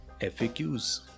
faqs